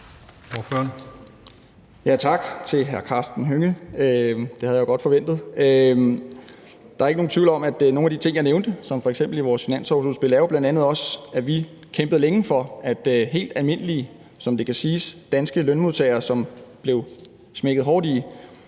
Tak til hr. Karsten Hønge. Det havde jeg jo godt forventet. Der er ikke nogen tvivl om, at nogle af de ting, jeg nævnte, som f.eks. vores finanslovsudspil, jo bl.a. også er, at vi kæmpede længe for, at helt almindelige, som det kan siges, danske lønmodtagere, som blev smækket hårdt i